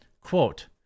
quote